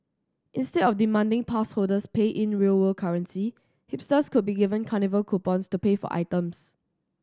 instead of demanding pass holders pay in real world currency hipsters could be given carnival coupons to pay for items